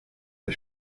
der